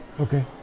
okay